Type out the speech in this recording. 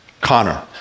Connor